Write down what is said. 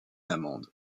amendes